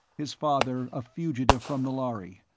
his father a fugitive from the lhari.